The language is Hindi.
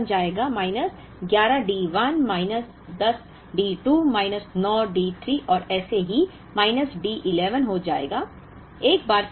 अब यह बन जाएगा minus 11 D 1 minus 10 D 2 minus 9 D 3 और ऐसे ही माइनसइ D 11 हो जाएगा